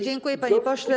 Dziękuję, panie pośle.